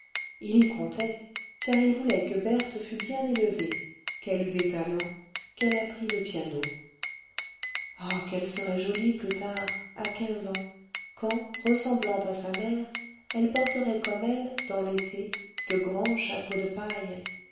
il y comptait car il voulait que berthe fût bien élevée qu'elle eût des talents qu'elle apprît le piano ah qu'elle serait jolie plus tard à quinze ans quand ressemblant à sa mère elle porterait comme elle dans l'été de grands chapeaux de paille